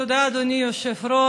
תודה, אדוני היושב-ראש.